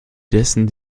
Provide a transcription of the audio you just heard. dessen